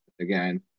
again